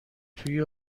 توی